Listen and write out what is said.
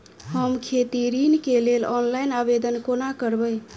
हम खेती ऋण केँ लेल ऑनलाइन आवेदन कोना करबै?